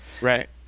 right